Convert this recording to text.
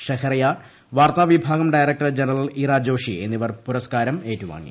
Shehryar വാർത്താവിഭാഗം director general ഇറാജോഷി എന്നിവർ പുരസ്കാരം ഏറ്റുവാങ്ങി